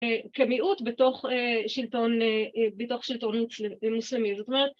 כמיעוט בתוך שלטון, בתוך שלטון מוסלמי זאת אומרת